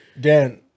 Dan